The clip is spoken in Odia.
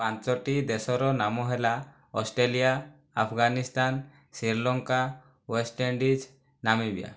ପାଞ୍ଚୋଟି ଦେଶର ନାମ ହେଲା ଅଷ୍ଟ୍ରେଲିଆ ଆଫଗାନିସ୍ତାନ ଶ୍ରୀଲଙ୍କା ୱେଷ୍ଟଇଣ୍ଡିଜ୍ ନାମିବିଆ